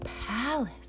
palace